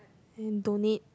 and donate